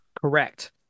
Correct